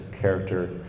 character